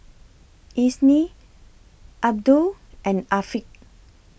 Isnin Abdul and Afiq